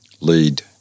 lead